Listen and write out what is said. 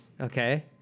Okay